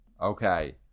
Okay